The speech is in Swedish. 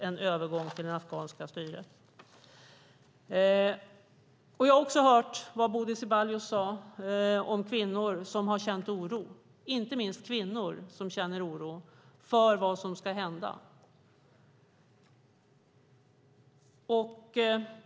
Jag hörde också vad Bodil Ceballos sade om kvinnor som känner oro för vad som ska hända.